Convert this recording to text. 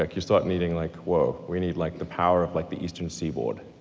like you start needing, like whoa, we need like the power of like the eastern seaboard